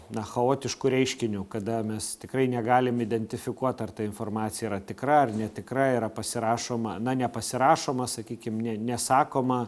na chaotišku reiškiniu kada mes tikrai negalim identifikuot ar ta informacija yra tikra ar netikra yra pasirašoma na nepasirašoma sakykim ne nesakoma